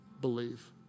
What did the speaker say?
believe